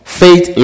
faith